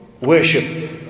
worship